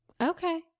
Okay